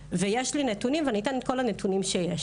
יש לי נתונים ואני אתן את כל הנתונים שיש.